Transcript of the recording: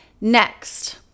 Next